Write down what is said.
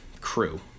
crew